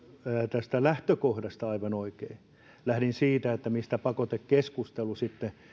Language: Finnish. tästä lähtökohdasta aivan oikeassa lähdin siitä mistä pakotekeskustelu sitten